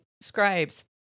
scribes